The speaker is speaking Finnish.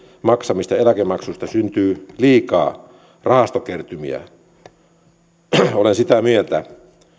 maksamista eläkemaksuista syntyy liikaa rahastokertymiä olen sitä mieltä